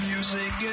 Music